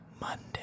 Monday